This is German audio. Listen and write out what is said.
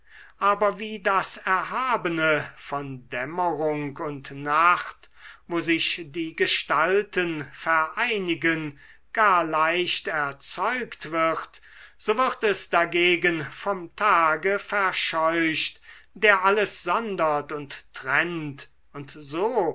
aber wie das erhabene von dämmerung und nacht wo sich die gestalten vereinigen gar leicht erzeugt wird so wird es dagegen vom tage verscheucht der alles sondert und trennt und so